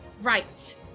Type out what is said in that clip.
Right